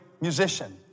musician